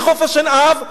מחוף-השנהב,